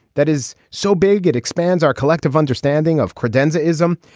that is so big it expands our collective understanding of credenza ism.